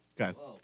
Okay